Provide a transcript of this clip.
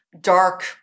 dark